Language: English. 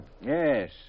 Yes